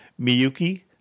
Miyuki